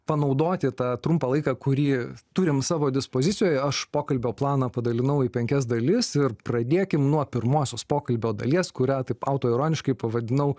panaudoti tą trumpą laiką kurį turim savo dispozicijoj aš pokalbio planą padalinau į penkias dalis ir pradėkim nuo pirmosios pokalbio dalies kurią taip autoironiškai pavadinau